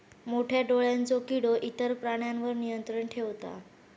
मोठ्या डोळ्यांचो किडो इतर प्राण्यांवर नियंत्रण ठेवता